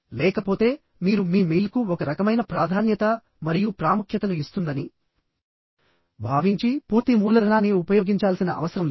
లేకపోతే మీరు మీ మెయిల్కు ఒక రకమైన ప్రాధాన్యత మరియు ప్రాముఖ్యతను ఇస్తుందని భావించి పూర్తి మూలధనాన్ని ఉపయోగించాల్సిన అవసరం లేదు